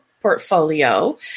Portfolio